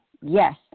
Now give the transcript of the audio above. yes